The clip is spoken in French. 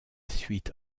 suite